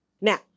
Now